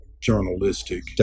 journalistic